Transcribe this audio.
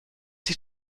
die